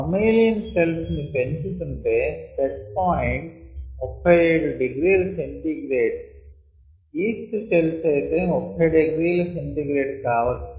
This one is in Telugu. మమ్మేలియాన్ సెల్స్ ని పెంచుతుంటే set point 37 ºC yeast cells అయితే 30 ºC కావచ్చు